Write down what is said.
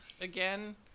again